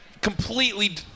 completely –